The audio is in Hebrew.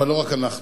אבל לא רק אנחנו.